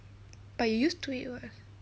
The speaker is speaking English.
but you used to it [what]